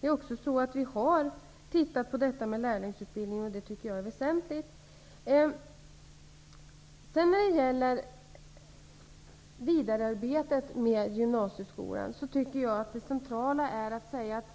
Vi har också tittat på lärlingsutbildningen, vilket är väsentligt. Beträffande vidarearbetet med gymnasieskolan är det centrala att komma ihåg att